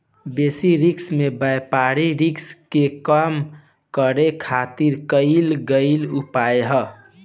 basis risk में व्यापारिक risk के कम करे खातिर कईल गयेल उपाय ह